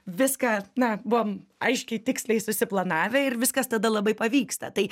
viską na buvom aiškiai tiksliai susiplanavę ir viskas tada labai pavyksta tai